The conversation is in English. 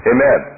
Amen